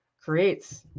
creates